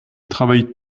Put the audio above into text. travaillent